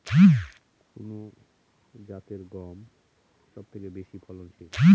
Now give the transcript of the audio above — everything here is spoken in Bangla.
কোন জাতের গম সবথেকে বেশি ফলনশীল?